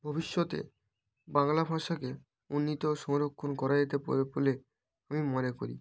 ভবিষ্যতে বাংলা ভাষাকে উন্নত ও সংরক্ষণ করা যেতে প্রয়োগ বলে আমি মনে করি